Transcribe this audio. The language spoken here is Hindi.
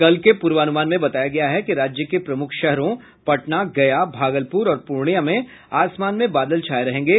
कल के पूर्वानुमान में बताया गया है कि राज्य के प्रमुख शहरों पटना गया भागलपुर और पूर्णियां में आसमान में बादल छाये रहेंगे